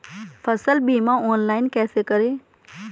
फसल बीमा ऑनलाइन कैसे करें?